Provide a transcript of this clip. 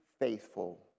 faithful